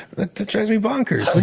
that drives me bonkers.